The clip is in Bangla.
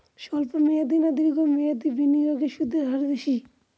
স্বল্প মেয়াদী না দীর্ঘ মেয়াদী বিনিয়োগে সুদের হার বেশী?